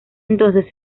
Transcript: entonces